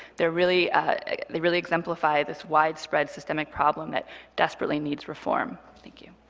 they really they really exemplify this widespread systemic problem that desperately needs reform. thank you.